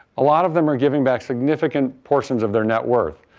a lot of them are giving back significant portions of their net worth.